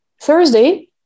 Thursday